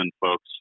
folks